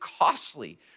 costly